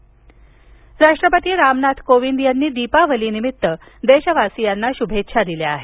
राष्ट्पती राष्ट्रपती रामनाथ कोविंद यांनी दीपावलीनिमित्त देशवासियांना शुभेच्छा दिल्या आहेत